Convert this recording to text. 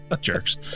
Jerks